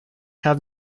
have